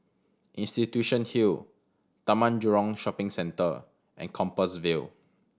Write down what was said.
Institution Hill Taman Jurong Shopping Centre and Compassvale